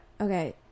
Okay